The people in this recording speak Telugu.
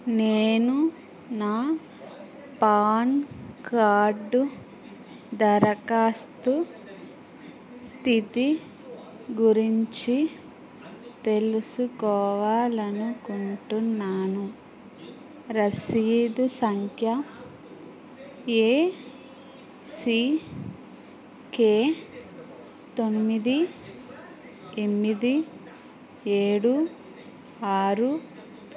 నేను నా పాన్ కార్డు దరఖాస్తు స్థితి గురించి తెలుసుకోవాలి అనుకుంటున్నాను రసీదు సంఖ్య ఏ సీ కే తొమ్మిది ఎనిమిది ఏడు ఆరు